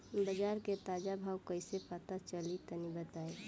बाजार के ताजा भाव कैसे पता चली तनी बताई?